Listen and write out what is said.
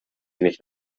nicht